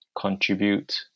contribute